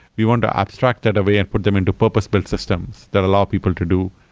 we want to abstract that away and put them into purpose built systems that allow people to do.